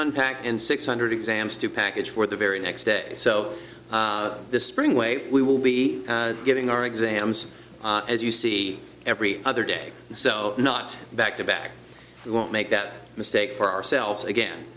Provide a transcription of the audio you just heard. unpack and six hundred exams to package for the very next day so this spring way we will be getting our exams as you see every other day so not back to back we won't make that mistake for ourselves again